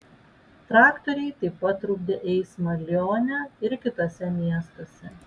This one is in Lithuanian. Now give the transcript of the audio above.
traktoriai taip pat trukdė eismą lione ir kituose miestuose